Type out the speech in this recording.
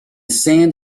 sand